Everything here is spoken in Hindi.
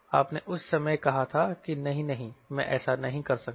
आपने उस समय कहा था कि नहीं नहीं मैं ऐसा नहीं कर सकता